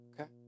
okay